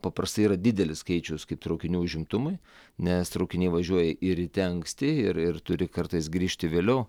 paprastai yra didelis skaičius kaip traukinių užimtumui nes traukiniai važiuoja ir ryte anksti ir ir turi kartais grįžti vėliau